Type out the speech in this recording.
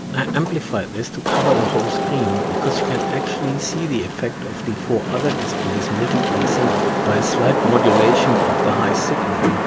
i amplified this to cover the whole screen because you can actually see the effect of the four other display multiplexing by a slight modulation of the high signal.